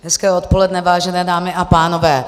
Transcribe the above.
Hezké odpoledne, vážené dámy a pánové.